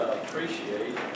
appreciate